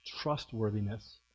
Trustworthiness